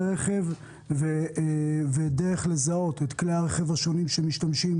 רכב ודרך לזהות את כלי הרכב השונים שמשתמשים